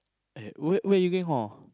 eh where where you going hor